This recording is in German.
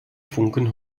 funken